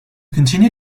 continue